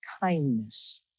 kindness